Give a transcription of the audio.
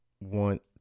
want